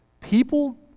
People